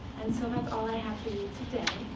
and so that's all i have for you today.